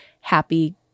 happy